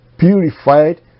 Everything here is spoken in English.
Purified